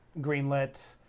greenlit